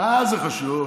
מה זה חשוב.